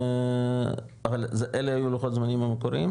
אבל אלה היו לוחות הזמנים המקוריים?